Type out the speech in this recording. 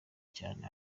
cyane